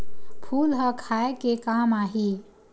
फूल ह खाये के काम आही?